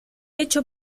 hecho